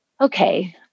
okay